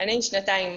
אני שנתיים.